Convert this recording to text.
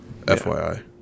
FYI